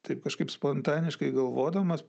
taip kažkaip spontaniškai galvodamas